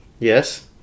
Yes